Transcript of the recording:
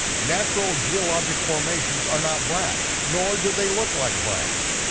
natural geologic formations are not brass, nor do they look like brass.